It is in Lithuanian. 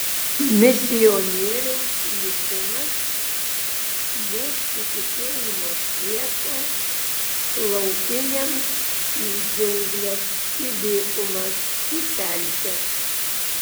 misionieriaus likimas nešti tikėjimo šviesą laukiniams į džiungles į dykumas į pelkes